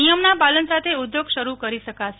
નિયમના પાલન સાથે ઉદ્યોગ શરૂ કરી શકાશે